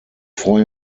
freue